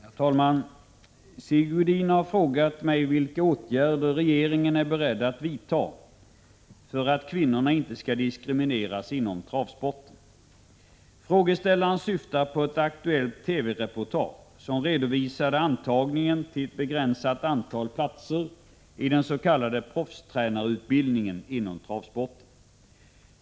Herr talman! Sigge Godin har frågat mig vilka åtgärder regeringen är beredd att vidta för att kvinnorna inte skall diskrimineras inom travsporten. Frågeställaren syftar på ett aktuellt TV-reportage som redovisade antagningen till ett begränsat antal platser i den s.k. proffstränarutbildningen inom travsporten.